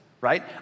right